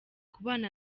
kubana